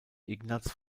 ignaz